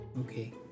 Okay